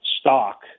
stock